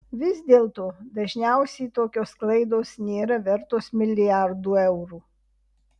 vis dėlto dažniausiai tokios klaidos nėra vertos milijardų eurų